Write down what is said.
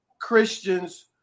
Christians